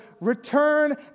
return